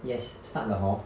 yes start 了 hor